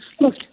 look